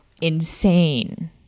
insane